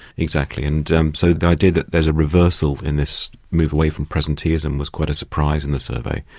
exactly, and um so the idea that there is a reversal in this move away from presenteeism was quite a surprise in the survey,